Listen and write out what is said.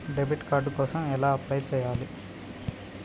Debit card కోసం ఎలా apply చేయాలి?